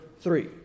three